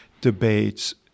debates